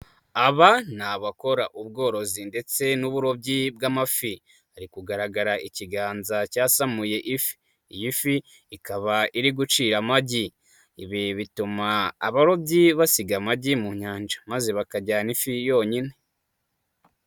aba ni abakora ubworozi ndetse n'uburobyi bw'amafi, ari kugaragara ikiganza cyasamuye ifi, iyi fi ikaba iri gucira amagi, ibi bituma abarobyi basiga amagi mu nyanja, maze bakajyana ifi yonyine.